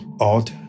odd